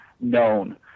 known